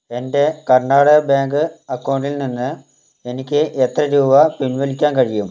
എൻ്റെ കർണാടക ബാങ്ക് അക്കൗണ്ടിൽ നിന്ന് എനിക്ക് എത്ര രൂപ പിൻവലിക്കാൻ കഴിയും